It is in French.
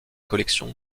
collections